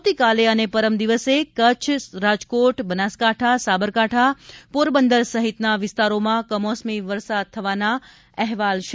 આવતીકાલે અને પરમદિવસે કચ્છ રાજકોટ બનાસકાંઠા સાબરકાંઠા પોરબંદર સહિતના વિસ્તારોમાં કમોસમી વરસાદ થવાના અહેવાલ છે